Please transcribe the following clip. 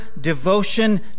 devotion